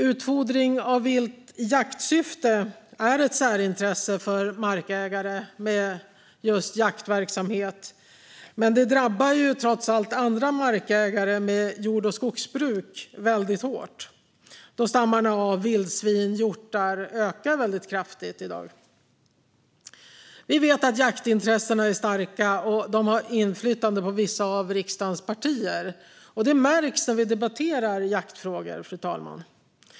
Utfodring av vilt i jaktsyfte är ett särintresse för markägare med just jaktverksamhet. Men det drabbar trots allt andra markägare med jord och skogsbruk väldigt hårt då stammarna av vildsvin och hjortar i dag ökar väldigt kraftigt. Vi vet att jaktintressena är starka, och de har inflytande på vissa av riksdagens partier. Det märks när vi debatterar jaktfrågor, fru talman.